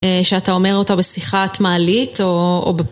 שאתה אומר אותה בשיחת מעלית או בפרסום.